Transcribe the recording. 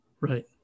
Right